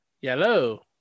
yellow